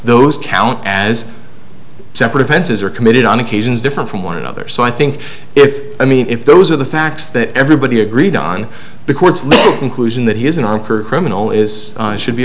those count as separate offenses are committed on occasions different from one another so i think if i mean if those are the facts that everybody agreed on the courts conclusion that he is an arc or criminal is should be